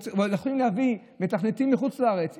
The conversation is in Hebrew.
רצינו להביא מתכנתים מחוץ לארץ.